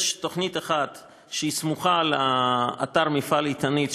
תוכנית אחת שסמוכה לאתר מפעל "איתנית",